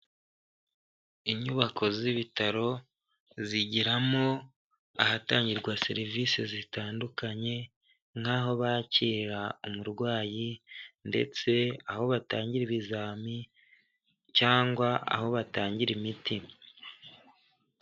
Inyubako z'ibitaro, zigiramo ahatangirwa serivisi zitandukanye nk'aho bakirira umurwayi ndetse aho batangira ibizami cyangwa aho batangira imiti.